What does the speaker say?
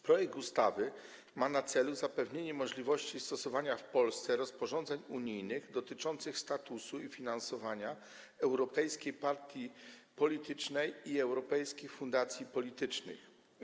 Projekt ustawy ma na celu zapewnienie możliwości stosowania w Polsce rozporządzeń unijnych dotyczących statusu i finansowania europejskiej partii politycznej i europejskiej fundacji politycznej.